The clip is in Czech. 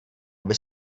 aby